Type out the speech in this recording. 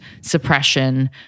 suppression